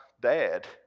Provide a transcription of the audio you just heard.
dad